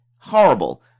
horrible